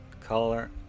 color